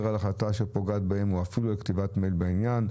על החלטה שפוגעת בהם או אפילו על כתיבת מייל בעניין.